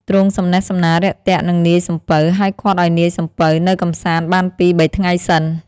ទ្រង់ សំណេះសំណាលរាក់ទាក់នឹងនាយសំពៅ ហើយឃាត់ឲ្យនាយសំពៅនៅកម្សាន្តបានពីរ បីថ្ងៃសិន ។